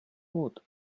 wood